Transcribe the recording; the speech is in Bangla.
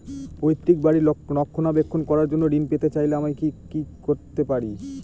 পৈত্রিক বাড়ির রক্ষণাবেক্ষণ করার জন্য ঋণ পেতে চাইলে আমায় কি কী করতে পারি?